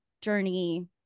journey